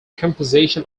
composition